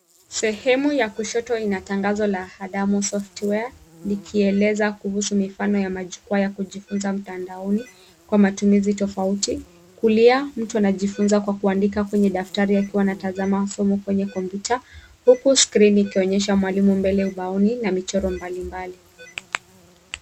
Sehemu ya kushoto inatangazo la Adamo Software likieleza kuhusu mifano ya majukwaa ya kujifunza mtandaoni kwa matumizi tofauti. Kulia mtu anajufunza kwa kuandika kwenye daftari akiwa anatazama masomo kwenye kompyuta huku skrini ikionyesha mwalimu mbele ubaoni na michoro mbali mbali.